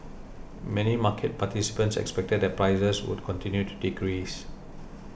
many market participants expected that prices would continue to decrease